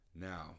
Now